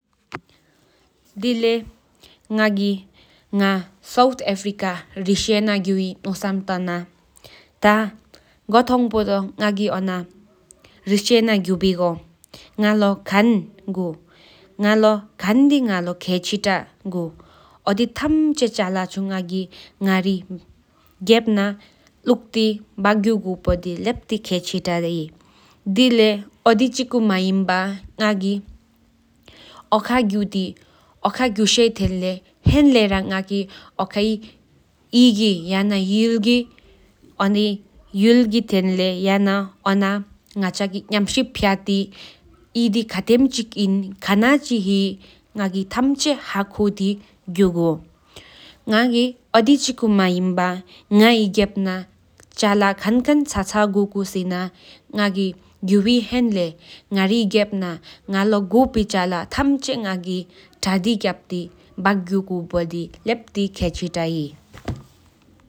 ང་གི་ང་རེད་བྱད་རྒྱུ་བི་ནོ་སམ་ཐང་ན་གོ་ཐན་པོ་ཐོག་ང་གི་ཨོ་ན་རེ་བྱེ་ན་གྱུ་བི་ག་ན་ལོ་ཁན་ཡེ་གུ་ན་ལོ་ཁེ་ཆི། ཤུ་ཆད་ལ་ཁན་ཅི་གུ་ཨོ་དི་ཧ་ཁོ་གུ་པོ་ལེད་པི་ཁེ་ཆི་ཏ་ཧེ་ན་ལོ་གུ་བི་ཆད་ལ་དེ་ཆོ་ཐམ་ཆེས་ང་རི་གྱི་བཀད་ཏི་རྒྱུ་གུ་ཧ་ཁོ་རེད་པི་ཁེ་ཆི་ཏ་ཧེ་པོ་ཨིན། དེ་ལས་དི་ཆི་ཁོ་མེན་པ་ང་གི་གྱུ་བི་ཧེན་ལེཡ་ཨོ་ཁྱི་ཡུལ་གི་གོར་ལེ་ཧ་ཁོ་གུ་བོ་ཡ་ཁེ་ཆི་ཏ་ཧེ།